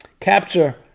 capture